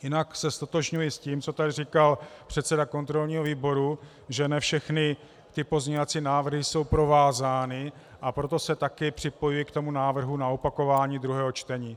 Jinak se ztotožňuji s tím, co tady říkal předseda kontrolního výboru, že ne všechny pozměňovací návrhy jsou provázány, a proto se také připojuji k návrhu na opakování druhého čtení.